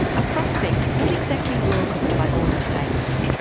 a prospect not exactly welcomed by all the states.